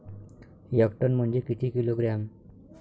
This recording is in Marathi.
एक टन म्हनजे किती किलोग्रॅम?